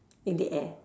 in the air